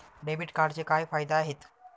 Debit कार्डचे काय फायदे आहेत?